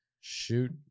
Shoot